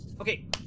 Okay